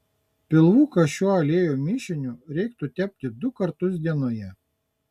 pilvuką šiuo aliejų mišiniu reikėtų teptis du kartus dienoje